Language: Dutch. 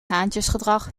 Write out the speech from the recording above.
haantjesgedrag